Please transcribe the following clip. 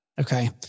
Okay